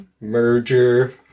merger